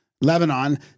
Lebanon